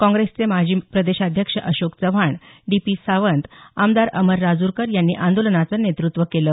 काँग्रेसचे माजी प्रदेशाध्यक्ष अशोक चव्हाण डी पी सावंत आमदार अमर राजूरकर यांनी आंदोलनाचं नेतृत्त्व केलं